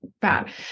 bad